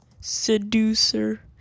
Seducer